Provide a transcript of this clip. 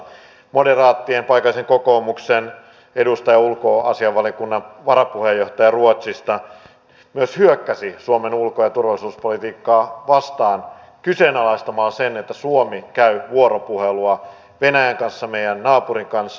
ruotsalainen moderaattien paikallisen kokoomuksen edustaja ulkoasiainvaliokunnan varapuheenjohtaja myös hyökkäsi suomen ulko ja turvallisuuspolitiikkaa vastaan kyseenalaistamaan sen että suomi käy vuoropuhelua venäjän kanssa meidän naapurimme kanssa